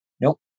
Nope